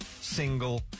single